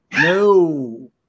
No